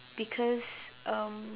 because um